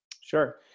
Sure